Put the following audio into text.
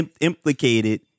Implicated